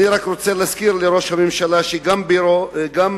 אני רק רוצה להזכיר לראש הממשלה שגם גילה,